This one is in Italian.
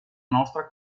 nostra